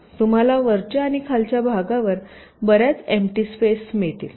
तरतुम्हाला वरच्या आणि खालच्या भागावर बर्याच एमटी स्पेस मिळतील